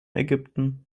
ägypten